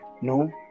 no